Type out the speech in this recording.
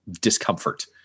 discomfort